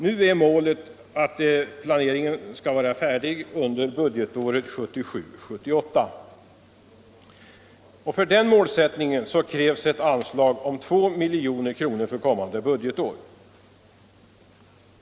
Nu är målet att planeringen skall vara färdig under budgetåret 1977/78, och för den målsättningen krävs ett anslag om 2 miljoner för kommande budgetår.